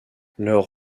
leur